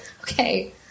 Okay